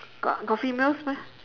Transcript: got got females meh